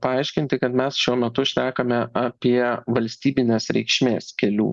paaiškinti kad mes šiuo metu šnekame apie valstybinės reikšmės kelių